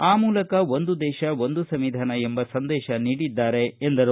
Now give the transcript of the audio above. ಆ ಮೂಲಕ ಒಂದು ದೇಶ ಒಂದು ಸಂವಿಧಾನ ಎಂಬ ಸಂದೇಶ ನೀಡಿದ್ದಾರೆ ಎಂದರು